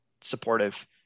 supportive